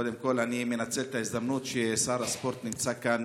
קודם כול אני מנצל את ההזדמנות ששר הספורט נמצא כאן